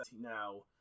now